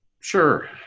Sure